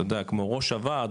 כמו ראש הוועד,